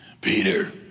Peter